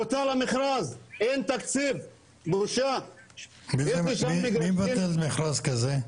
בוטל המכרז, אין תקציב --- מי מבטל מכרז כזה?